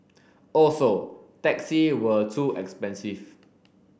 also taxi were too expensive